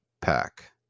pack